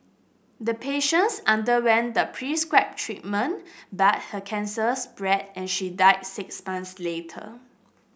the patients underwent the prescribed treatment but her cancer spread and she died six months later